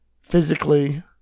physically